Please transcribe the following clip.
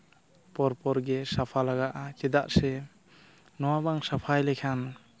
ᱯᱚᱨ ᱯᱚᱨᱜᱮ ᱥᱟᱯᱷᱟ ᱞᱟᱜᱟᱜᱼᱟ ᱪᱮᱫᱟᱜ ᱥᱮ ᱱᱚᱣᱟ ᱵᱟᱝ ᱥᱟᱯᱷᱟᱭ ᱞᱮᱠᱷᱟᱱ